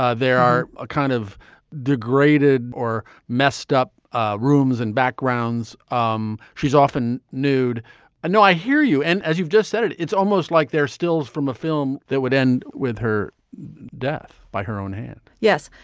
ah there are a kind of degraded or messed up ah rooms and backgrounds. um she's often nude. i know. i hear you. and as you've just said it, it's almost like they're stills from a film that would end with her death by her own hand yes,